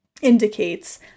indicates